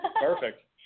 Perfect